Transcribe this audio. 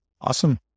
Awesome